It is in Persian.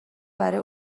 برای